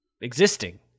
Existing